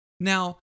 Now